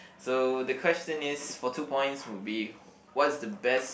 so the question is for two points would be what is the best